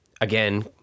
Again